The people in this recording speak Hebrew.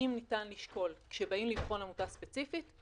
כשבאים לבחון עמותה ספציפית,